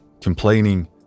complaining